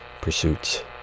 pursuits